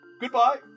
Goodbye